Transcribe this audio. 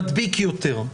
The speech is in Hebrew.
מדביק יותר,